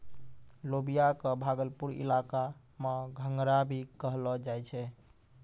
लोबिया कॅ भागलपुर इलाका मॅ घंघरा भी कहलो जाय छै